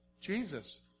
Jesus